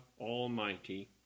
Almighty